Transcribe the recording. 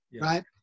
Right